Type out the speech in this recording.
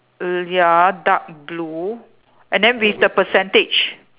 err ya dark blue and then with the percentage